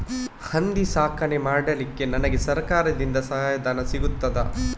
ಹಂದಿ ಸಾಕಾಣಿಕೆ ಮಾಡಲಿಕ್ಕೆ ನನಗೆ ಸರಕಾರದಿಂದ ಸಹಾಯಧನ ಸಿಗುತ್ತದಾ?